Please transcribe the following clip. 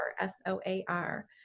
S-O-A-R